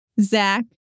Zach